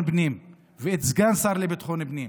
הפנים ואת סגן השר לביטחון הפנים,